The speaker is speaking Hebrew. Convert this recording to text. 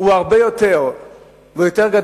הרבה יותר גדולים